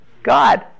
God